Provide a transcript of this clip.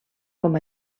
com